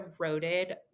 eroded